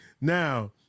Now